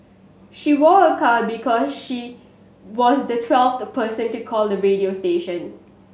she won a car because she was the twelfth person to call the radio station